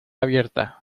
abierta